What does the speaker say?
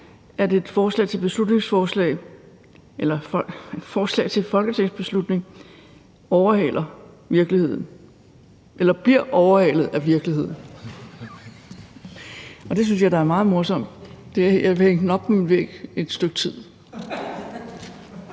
at et forslag til folketingsbeslutning bliver overhalet af virkeligheden. Det synes jeg da er meget morsomt; jeg vil hænge det op på min væg i et stykke tid.